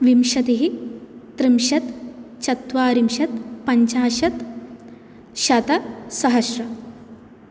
विंशतिः त्रिंशत् चत्वारिंशत् पञ्चाशत् शतम् सहस्रम्